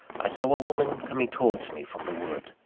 i saw a woman coming towards me from the wood.